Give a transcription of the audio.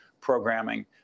programming